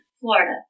Florida